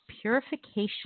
purification